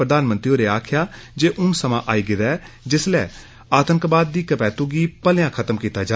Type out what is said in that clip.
प्रधानमंत्री होरें आक्खेआ जे हून समा आई गेदा ऐ जिसलै आतंकवाद दी कवैतू गी भलेया खत्म कीता जा